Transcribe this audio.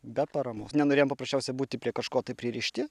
be paramos nenorėjom paprasčiausiai būti prie kažko tai pririšti